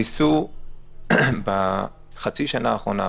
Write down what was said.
ניסו בחצי שנה האחרונה,